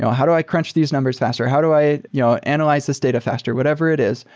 so how do i crunch these numbers faster? how do i you know analyze this data faster? whatever it is.